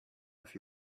have